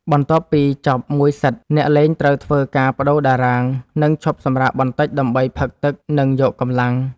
បន្ទាប់ពីចប់មួយសិត អ្នកលេងត្រូវធ្វើការប្តូរតារាង និងឈប់សម្រាកបន្តិចដើម្បីផឹកទឹក និងយកកម្លាំង។